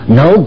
no